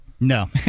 No